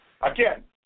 Again